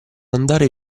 andare